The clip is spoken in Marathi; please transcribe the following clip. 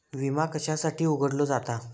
विमा कशासाठी उघडलो जाता?